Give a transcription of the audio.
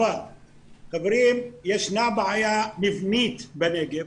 חברים, ישנה בעיה מבנית בנגב.